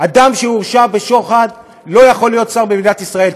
אדם שהורשע בשוחד לא יכול להיות שר במדינת ישראל.